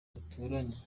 duturanye